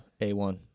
A1